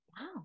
wow